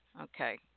Okay